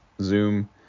zoom